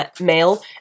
male